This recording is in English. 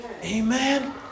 Amen